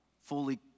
fully